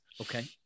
Okay